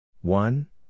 One